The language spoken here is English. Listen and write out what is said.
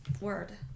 word